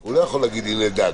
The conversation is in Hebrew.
הוא לא יכול להגיד, הנה דג.